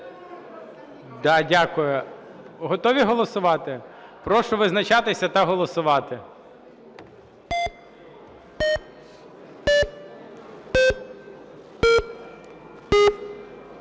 Да, дякую. Готові голосувати? Прошу визначатися та голосувати.